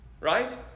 Right